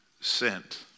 sent